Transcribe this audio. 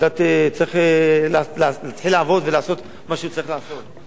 צריך להתחיל לעבוד ולעשות מה שצריך לעשות.